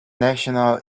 national